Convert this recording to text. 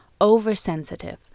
oversensitive